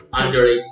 underage